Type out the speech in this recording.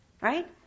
Right